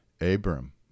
Abram